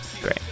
great